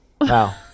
Wow